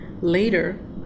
Later